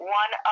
one